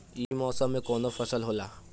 ई मौसम में कवन फसल होला?